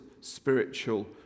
spiritual